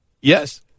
Yes